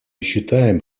считаем